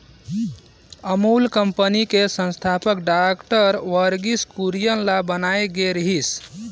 Amul company के संस्थापक doctor Verghese Kurien ल बनाए गे रिहिस